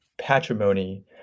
patrimony